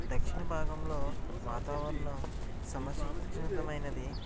దక్షిణ భాగంలో వాతావరణం సమసిక్షిదమైనది